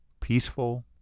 peaceful